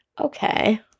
Okay